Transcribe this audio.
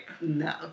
No